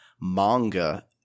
manga